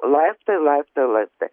laiptai laiptai laiptai